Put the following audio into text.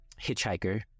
hitchhiker